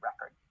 record